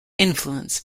influence